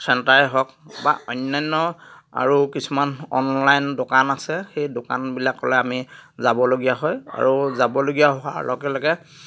চেণ্টাৰে হওক বা অন্যান্য আৰু কিছুমান অনলাইন দোকান আছে সেই দোকানবিলাকলে আমি যাবলগীয়া হয় আৰু যাবলগীয়া হোৱাৰ লগে লগে